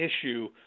issue